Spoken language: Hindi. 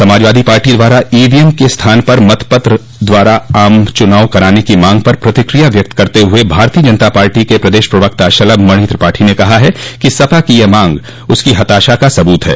समाजवादी पार्टी द्वारा ईवीएम के स्थान पर मतपत्र द्वारा आम चूनाव कराने की मांग पर प्रतिक्रिया व्यक्त करते हुए भारतीय जनता पार्टी के प्रदेश प्रवक्ता शलभ मणि त्रिपाठी ने कहा है कि सपा की यह मांग उसकी हताशा का सबूत है